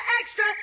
Extra